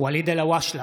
ואליד אלהואשלה,